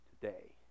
today